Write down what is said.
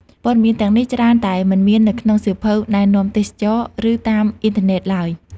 ព័ត៌មានទាំងនេះច្រើនតែ មិនមាននៅក្នុងសៀវភៅណែនាំទេសចរណ៍ ឬតាមអុីនធឺណេតឡើយ។